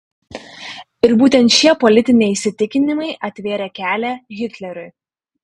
ir būtent šie politiniai įsitikinimai atvėrė kelią hitleriui